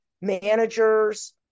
managers